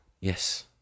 Yes